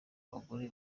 abagore